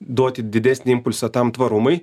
duoti didesnį impulsą tam tvarumui